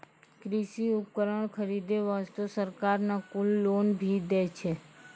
कृषि उपकरण खरीदै वास्तॅ सरकार न कुल लोन भी दै छै